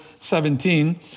17